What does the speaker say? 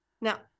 now